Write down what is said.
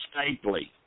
Stapley